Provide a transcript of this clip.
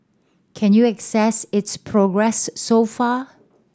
can you assess its progress so far